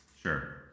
Sure